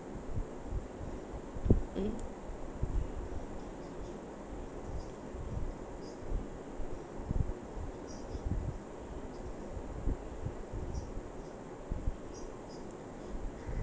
mm